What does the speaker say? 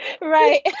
right